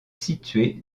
située